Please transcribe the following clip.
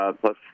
plus